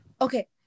okay